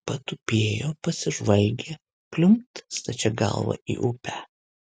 patupėjo pasižvalgė pliumpt stačia galva į upę